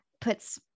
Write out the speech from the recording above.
puts